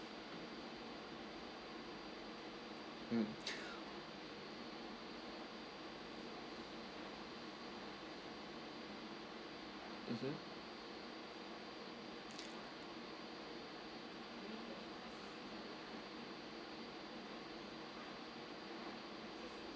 mm mmhmm